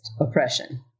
oppression